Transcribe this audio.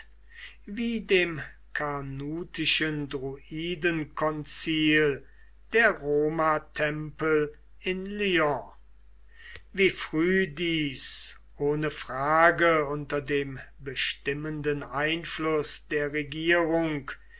wie dem carnutischen druidenkonzil der roma tempel in lyon wie früh dies ohne frage unter dem bestimmenden einfluß der regierung